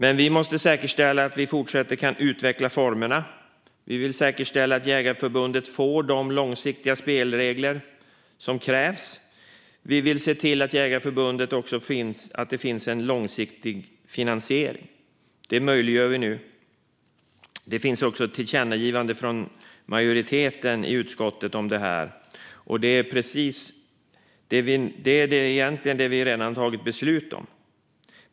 Men vi måste säkerställa att vi i fortsättningen kan utveckla formerna. Vi vill säkerställa att Svenska Jägareförbundet får de långsiktiga spelregler som krävs. Vi vill se till att det också finns en långsiktig finansiering för Svenska Jägareförbundet. Det möjliggör vi nu. Det finns också ett tillkännagivande från majoriteten i utskottet om detta. Det är egentligen det som vi redan har tagit beslut om.